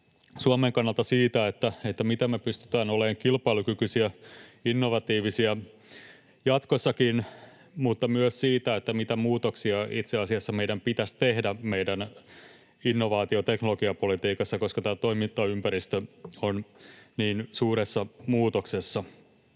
Suomen kannalta siitä, miten me pystytään olemaan kilpailukykyisiä ja innovatiivisia jatkossakin, mutta myös siitä, mitä muutoksia itse asiassa meidän pitäisi tehdä meidän innovaatio- ja teknologiapolitiikassa, koska tämä toimintaympäristö on niin suuressa muutoksessa.